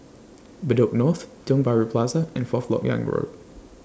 Bedok North Tiong Bahru Plaza and Fourth Lok Yang Road